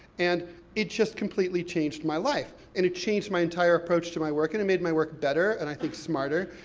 and it just completely changed my life. and it changed my entire approach to my work, and it made my work better, and i think, smarter.